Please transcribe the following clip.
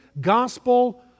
gospel